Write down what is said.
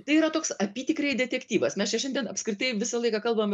tai yra toks apytikriai detektyvas mes šiandien apskritai visą laiką kalbam